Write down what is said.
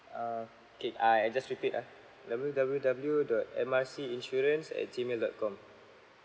uh okay I I just repeat ah W W W dot M R C insurance at G mail dot com